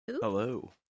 Hello